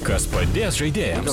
kas padės žaidėjams